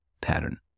pattern